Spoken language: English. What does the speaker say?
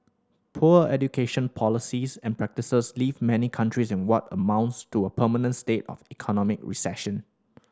poor education policies and practices leave many countries in what amounts to a permanent state of economic recession